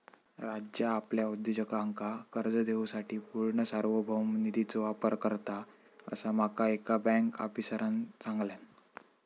राज्य आपल्या उद्योजकांका कर्ज देवूसाठी पूर्ण सार्वभौम निधीचो वापर करता, असा माका एका बँक आफीसरांन सांगल्यान